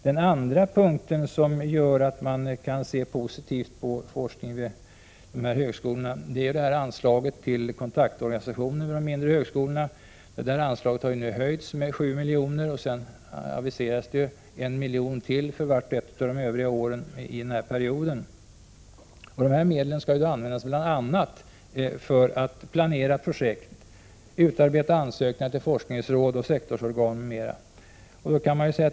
Den andra av de faktorer som gör att man kan se positivt på forskningen vid de mindre och medelstora högskolorna är anslaget till kontaktorganisa 29 tioner vid de mindre högskolorna. Det anslaget har höjts med 7 milj.kr., och sedan aviseras 1 milj.kr. till för vart och ett av de övriga åren i perioden. Dessa medel skall användas bl.a. för att planera projekt, utarbeta ansökningar till forskningsråd och sektorsorgan m.m.